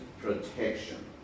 protection